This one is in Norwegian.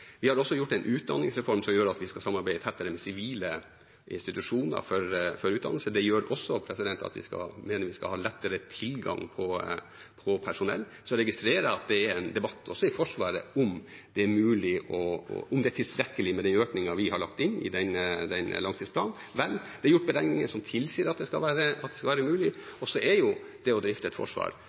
Vi har også gjennomført en utdanningsreform som gjør at vi skal samarbeide tettere med sivile institusjoner for utdanning, slik at vi skal ha lettere tilgang på personell. Så registrerer jeg at det er en debatt, også i Forsvaret, om det er tilstrekkelig med den økningen vi har lagt inn i langtidsplanen. Det er gjort beregninger som tilsier at det skal være mulig. Så er jo det å drifte et forsvar